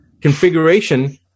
configuration